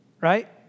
right